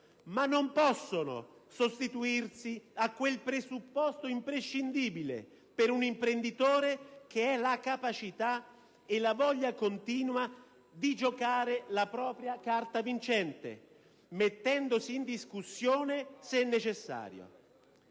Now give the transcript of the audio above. ma non possono sostituirsi a quel presupposto imprescindibile per un imprenditore che è la capacità e la voglia continua di giocare la propria carta vincente, mettendosi in discussione, se necessario.